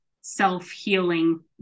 self-healing